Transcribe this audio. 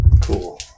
Cool